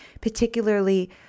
particularly